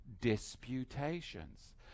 disputations